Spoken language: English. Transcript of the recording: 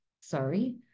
sorry